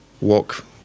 walk